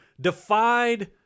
defied